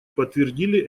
подтвердили